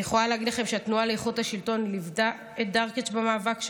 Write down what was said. אני יכולה להגיד לכם שהתנועה לאיכות השלטון ליוותה את דרקץ במאבק שלו.